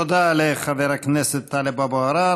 תודה לחבר הכנסת טלב אבו עראר.